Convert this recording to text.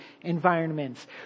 environments